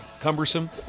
cumbersome